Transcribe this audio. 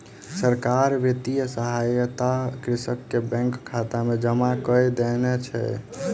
सरकार वित्तीय सहायता कृषक के बैंक खाता में जमा कय देने छै